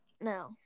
no